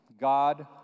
God